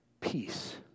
peace